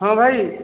ହଁ ଭାଇ